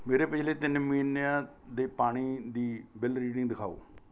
ਮੇਰੇ ਪਿਛਲੇ ਤਿੰਨ ਮਹੀਨਿਆਂ ਦੇ ਪਾਣੀ ਦੀ ਬਿੱਲ ਰੀਡਿੰਗ ਦਿਖਾਓ